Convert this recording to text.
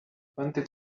twenty